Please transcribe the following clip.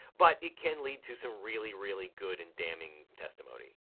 but it can lead to some really, really good and damning testimony.